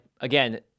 again